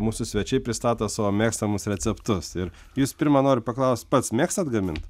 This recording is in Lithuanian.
mūsų svečiai pristato savo mėgstamus receptus ir jūsų pirma noriu paklaust pats mėgstat gamint